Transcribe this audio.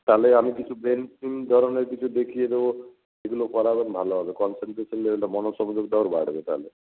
তাহলে আমি কিছু ধরণের কিছু দেখিয়ে দেবো সেগুলো করাবেন ভালো হবে কনসেনট্রেশান লেভেলটা মনোসংযোগটা ওর বাড়বে তাহলে